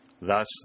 Thus